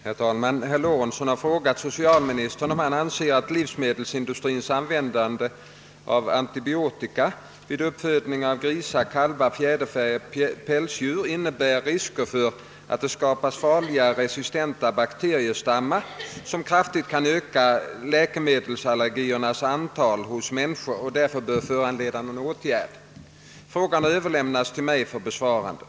Herr talman! Herr Lorentzon har frå gat socialministern om han anser att livsmedelsindustriens användande av antibiotika vid uppfödning av grisar, kalvar, fjäderfä och pälsdjur innebär risker för att det skapas farliga resistenta bakteriestammar som kraftigt kan öka läkemedelsallergiernas antal hos människor och därför bör föranleda någon åtgärd. Frågan har överlämnats till mig för besvarande.